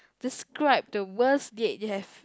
describe the worst date you have